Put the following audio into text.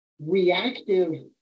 reactive